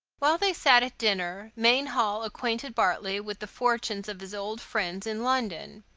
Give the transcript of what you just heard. while they sat at dinner mainhall acquainted bartley with the fortunes of his old friends in london,